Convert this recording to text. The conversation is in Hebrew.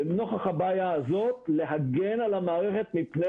ונוכח הבעיה הזאת להגן על המערכת מפני